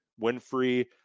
Winfrey